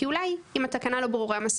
כי אולי אם התקנה לא ברורה מספיק,